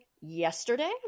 yesterday